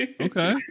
okay